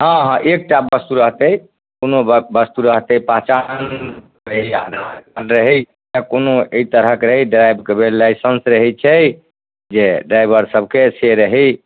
हँ हँ एकटा वस्तु रहतै कोनो वस्तु रहतै पहचान रहै आधार कार्ड रहै या कोनो एहि तरहक रहै ड्राइवके भेल लाइसेन्स रहै छै जे ड्राइवर सभके से रहै